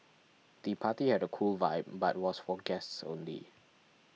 the party had a cool vibe but was for guests only